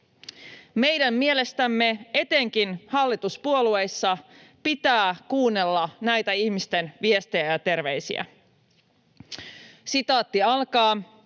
Meidän mielestämme etenkin hallituspuolueissa pitää kuunnella näitä ihmisten viestejä ja terveisiä. ”Olen